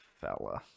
fella